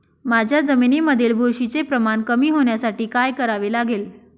माझ्या जमिनीमधील बुरशीचे प्रमाण कमी होण्यासाठी काय करावे लागेल?